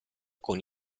con